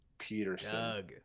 Peterson